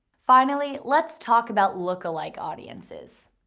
finally, let's talk about lookalike audiences.